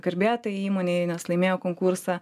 garbė tai įmonei nes laimėjo konkursą